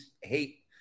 hate